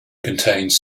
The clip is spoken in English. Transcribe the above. contains